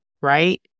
Right